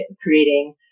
creating